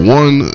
one